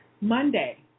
Monday